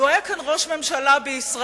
לו היה כאן ראש ממשלה בישראל,